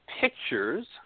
pictures